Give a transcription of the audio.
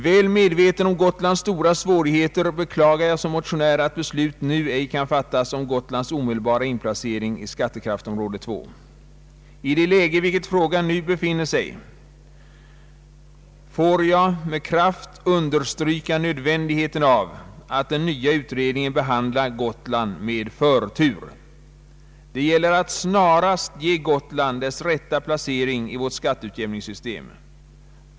Väl medveten om Gotlands stora svårigheter beklagar jag som motionär, att beslut nu ej kan fattas om Gotlands omedelbara inplacering i skattekraftsområde 2. I det läge i vilket frågan nu befinner sig får jag med kraft understryka nödvändigheten av att den nya utredningen behandlar Gotland med förtur. Det gäller att snarast ge Gotland dess rätta placering i vårt skatteutjämningssystem.